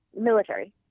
military